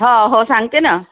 हो हो सांगते ना